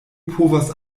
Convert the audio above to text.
povas